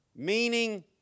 meaning